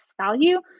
value